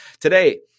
today